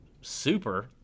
super